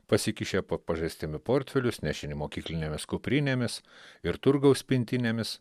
pasikišę po pažastimi portfelius nešini mokyklinėmis kuprinėmis ir turgaus pintinėmis